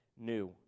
new